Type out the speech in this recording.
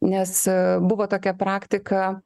nes buvo tokia praktika